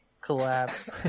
collapse